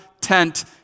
tent